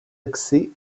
excès